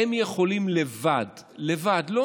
הם יכולים לבד, לא